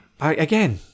Again